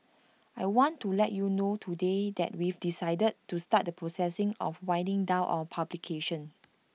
I want to let you know today that we've decided to start the process of winding down our publication